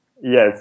Yes